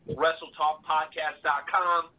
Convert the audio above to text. wrestletalkpodcast.com